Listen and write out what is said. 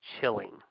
chilling